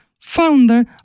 founder